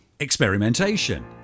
Experimentation